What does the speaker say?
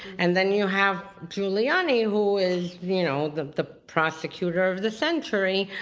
and then you have giuliani, who is you know the the prosecutor of the century,